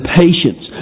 patience